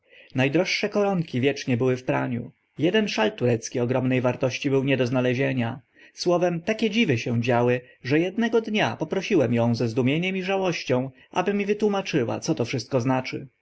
droższe koronki wiecznie były w praniu eden szal turecki ogromne wartości był nie do znalezienia słowem takie dziwy się działy że ednego dnia poprosiłem ą ze zdumieniem i żałością aby mi wytłumaczyła co to wszystko znaczy